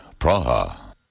Praha